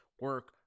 Work